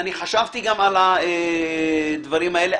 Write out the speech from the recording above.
חשבתי גם על הדברים הללו.